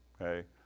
okay